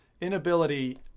inability